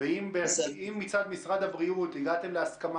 ואם מצד משרד הבריאות הגעתם להסכמה